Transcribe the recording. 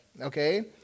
okay